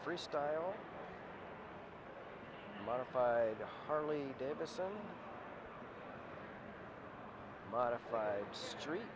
freestyle modified harley davidson modified three